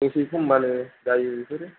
दसे समबानो जायो बेफोरो